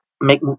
make